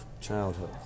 childhood